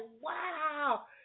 wow